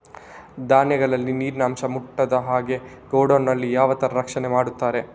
ಧಾನ್ಯಗಳಿಗೆ ನೀರಿನ ಅಂಶ ಮುಟ್ಟದ ಹಾಗೆ ಗೋಡೌನ್ ನಲ್ಲಿ ಯಾವ ತರ ರಕ್ಷಣೆ ಮಾಡ್ತಾರೆ?